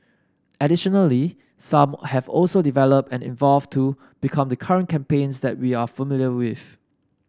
additionally some have also developed and evolved to become the current campaigns that we are familiar with